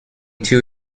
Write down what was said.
too